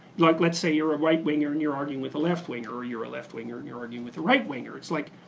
like let's say you're a right winger and you're arguing with a left winger, or you're left winger and you're arguing with a right winger. it's like,